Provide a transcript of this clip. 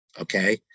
okay